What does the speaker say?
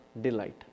delight